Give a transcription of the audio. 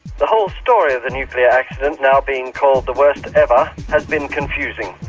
the whole story of the nuclear accident, now being called the worst-ever, has been confusing.